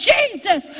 Jesus